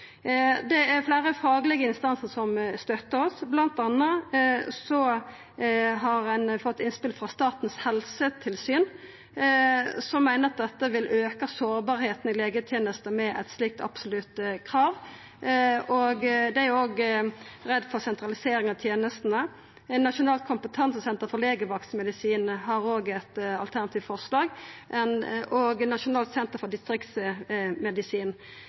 det. Det er fleire faglege instansar som støttar oss. Blant anna har vi fått innspel frå Statens helsetilsyn som meiner at dette vil auka sårbarheita i legetenestene med eit slikt absolutt krav, og dei er også redde for sentralisering av tenestene. Nasjonalt kompetansesenter for legevaktmedisin har eit alternativt forslag, og Nasjonalt senter for distriktsmedisin